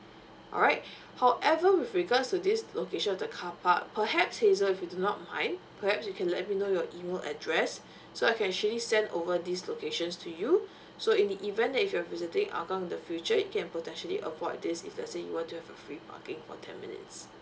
alright however with regards to this location of the car park perhaps hazel if you do not mind perhaps you can let me know your email address so I can actually send over these locations to you so in the event that if you're visiting hougang in the future it can potentially avoid this if let's say you were to have a free parking for ten minutes